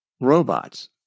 Robots